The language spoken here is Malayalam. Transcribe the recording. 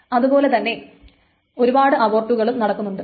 അതുപോലെ തന്നെ ഒരുപാട് അബോർട്ടുകളും നടക്കുന്നുണ്ട്